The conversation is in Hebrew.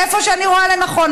איפה שאני רואה לנכון.